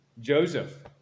Joseph